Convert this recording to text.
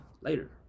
later